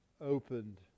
opened